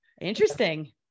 Interesting